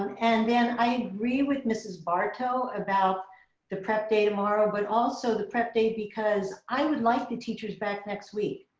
and then i agree with mrs. barto about the prep day tomorrow, but also the prep day, because i would like the teachers back next week.